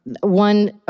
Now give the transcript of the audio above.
One